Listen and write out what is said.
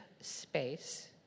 space